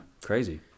crazy